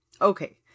okay